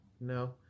No